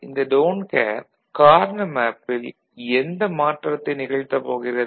இந்த don't care கார்னா மேப்பில் எந்த மாற்றத்தை நிகழ்த்தப்போகிறது